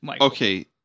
Okay